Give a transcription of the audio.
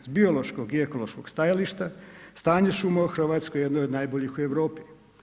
S biološkog i ekološkog stajališta, stanje šuma u Hrvatskoj jedno je od najboljih u Europi.